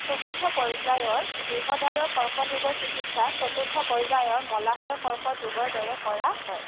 চতুৰ্থ পৰ্য্য়ায়ৰ গুহ্যদ্বাৰৰ কৰ্কট ৰোগৰ চিকিৎসা চতুৰ্থ পৰ্য্য়ায়ৰ মলাশয়ৰ কৰ্কট ৰোগৰ দৰে কৰা হয়